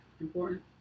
important